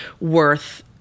worth